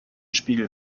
spiegel